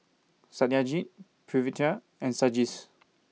Satyajit Pritiviraj and Sanjeev's